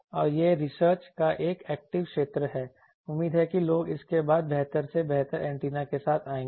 और यह रिसर्च का एक एक्टिव क्षेत्र है उम्मीद है कि लोग इसके बाद बेहतर से बेहतर एंटेना के साथ आएंगे